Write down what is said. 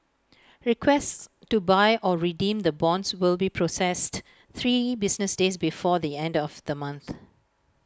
requests to buy or redeem the bonds will be processed three business days before the end of the month